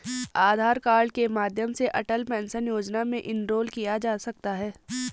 आधार card के माध्यम से अटल पेंशन योजना में इनरोल किया जा सकता है